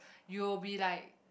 you'll be like